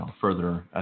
further